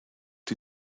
die